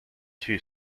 two